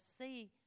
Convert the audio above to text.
see